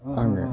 आङो